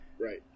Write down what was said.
Right